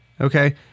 Okay